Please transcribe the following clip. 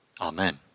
Amen